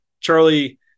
Charlie